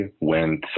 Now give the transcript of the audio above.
went